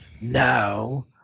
now